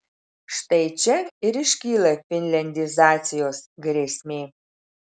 štai čia ir iškyla finliandizacijos grėsmė